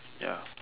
ya